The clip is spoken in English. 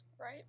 Right